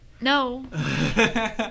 No